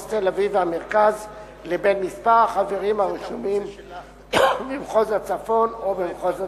תל-אביב והמרכז לבין מספר החברים הרשומים במחוז הצפון או במחוז הדרום.